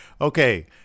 Okay